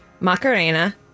Macarena